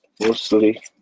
Mostly